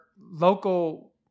local